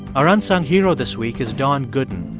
our unsung hero this week is don gooden,